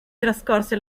trascorse